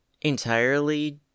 entirely